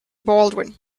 baldwin